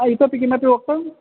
अ इतोपि किमपि वक्तुम्